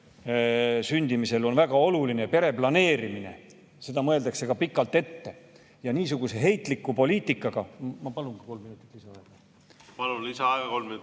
sündimisel on väga oluline pere planeerimine. Seda mõeldakse pikalt ette. Ja niisuguse heitliku poliitikaga ... Ma palun kolm minutit lisaaega. Palun, lisaaega kolm minutit!